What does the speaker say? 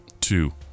Two